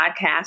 podcast